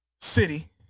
city